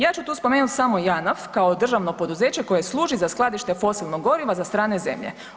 Ja ću tu spomenuti samo Janaf kao državno poduzeće koje služi za skladište fosilnog goriva za strane zemlje.